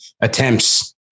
attempts